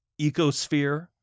ecosphere